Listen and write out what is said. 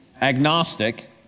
agnostic